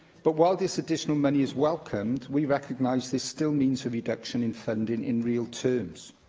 but while this additional money is welcomed, we recognise this still means a reduction in funding in real terms,